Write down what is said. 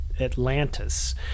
Atlantis